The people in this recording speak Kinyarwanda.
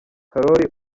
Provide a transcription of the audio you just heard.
karori